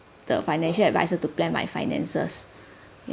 the financial adviser to plan my finances